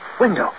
Window